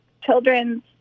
children's